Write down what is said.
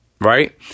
Right